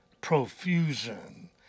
profusion